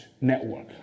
network